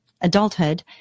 adulthood